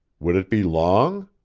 would it be long.